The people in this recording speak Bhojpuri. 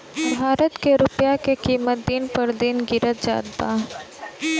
भारत के रूपया के किमत दिन पर दिन गिरत जात बा